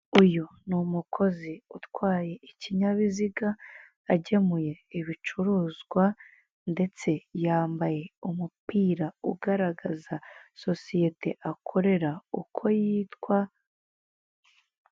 Uyu ni umukozi utwaye ikinyabiziga, agemuye ibicuruzwa, ndetse yambaye umupira ugaragaza sosiyete akorera uko yitwa,